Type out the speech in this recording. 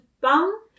bum